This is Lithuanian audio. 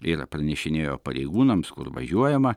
ir pranešinėjo pareigūnams kur važiuojama